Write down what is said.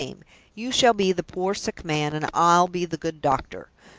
you shall be the poor sick man, and i'll be the good doctor.